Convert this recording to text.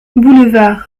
boulevard